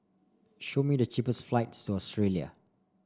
show me the cheapest flights to Australia